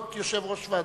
להיות יושב-ראש ועדה.